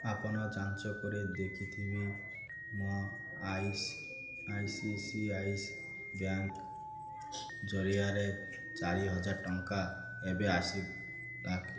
ଆପଣ ଯାଞ୍ଚ କରି ଦେଖିବେ କି ମୋ ଆଇସ I C I C I bank ଜରିଆରେ ଚାରିହଜାର ଟଙ୍କା ଏବେ ଆସିଲାକି